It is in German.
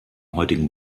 heutigen